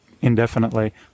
indefinitely